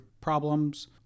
problems